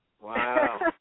Wow